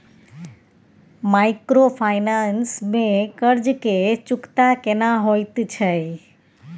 Microfinance में कर्ज के चुकता केना होयत छै?